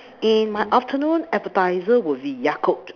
in my afternoon appetiser will be Yakult